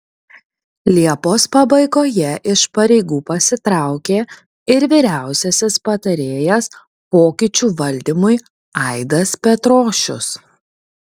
liepos pabaigoje iš pareigų pasitraukė ir vyriausiasis patarėjas pokyčių valdymui aidas petrošius